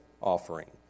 offering